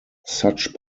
such